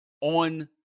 on